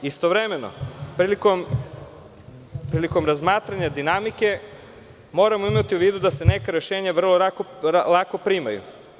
Istovremeno, prilikom razmatranja dinamike moramo imati u vidu da se neka rešenja vrlo lako primaju.